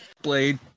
blade